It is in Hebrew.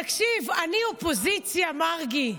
תקשיב, אני אופוזיציה, מרגי.